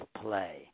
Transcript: play